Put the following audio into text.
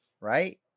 right